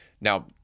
Now